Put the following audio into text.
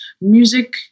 Music